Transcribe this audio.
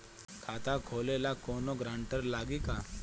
खाता खोले ला कौनो ग्रांटर लागी का?